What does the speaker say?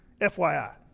FYI